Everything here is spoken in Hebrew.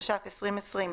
התש"ף-2020,